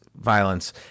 violence